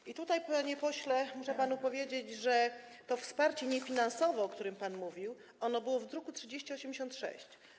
I tutaj, panie pośle, muszę panu powiedzieć, że to wsparcie niefinansowe, o którym pan mówił, ono było w druku nr 3086.